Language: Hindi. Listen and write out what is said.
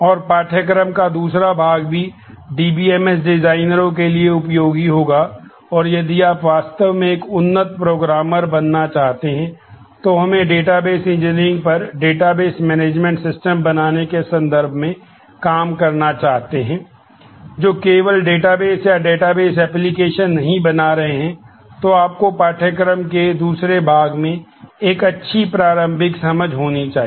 और पाठ्यक्रम का दूसरा भाग भी डीबीएमएस एप्लिकेशन नहीं बना रहे हैं तो आपको पाठ्यक्रम के दूसरे भाग में एक अच्छी प्रारंभिक समझ होनी चाहिए